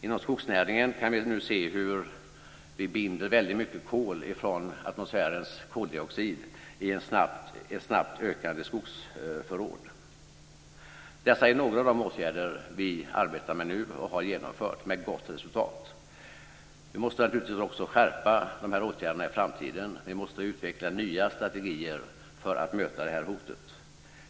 Inom skogsnäringen kan vi nu se att vi binder väldigt mycket kol från atmosfärens koldioxid i ett snabbt ökade skogsförråd. Dessa är några av de åtgärder som vi arbetar med nu och har vidtagit med gott resultat. Vi måste naturligtvis också skärpa dessa åtgärder i framtiden. Vi måste utveckla nya strategier för att möta det här hotet.